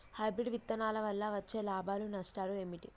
Hybrid విత్తనాల వల్ల వచ్చే లాభాలు నష్టాలు ఏమిటి?